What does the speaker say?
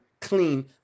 clean